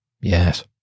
yes